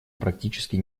практически